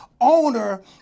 owner